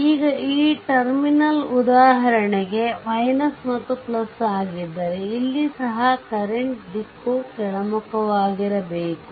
ಈಗ ಈ ಟರ್ಮಿನಲ್ ಉದಾಹರಣೆಗೆ ಮತ್ತು ಆಗಿದ್ದರೆ ಇಲ್ಲಿ ಸಹ ಕರೆಂಟ್ ದಿಕ್ಕು ಕೆಳಮುಖವಾಗಿರಬೇಕು